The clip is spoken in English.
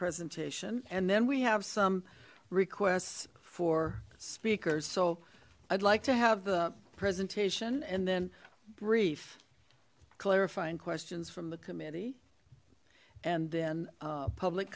presentation and then we have some requests for speakers so i'd like to have the presentation and then brief clarifying questions from the committee and then public